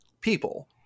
people